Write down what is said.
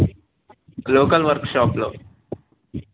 local work షాష్లో